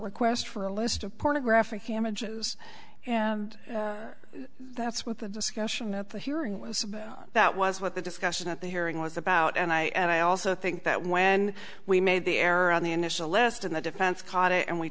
request for a list of pornographic images and that's what the discussion at the hearing was that was what the discussion at the hearing was about and i and i also think that when we made the error on the initial list and the defense caught it and we